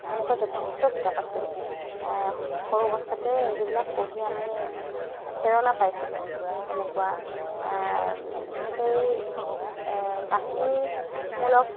এনেকুৱা যথেষ্ট কিতাপ আছিল সৰু অৱস্থাতে যিবিলাক পঢ়ি আমি প্ৰেৰণা পাইছিলোঁ সেই তেনেকুৱা সেই কাহিনীমূলক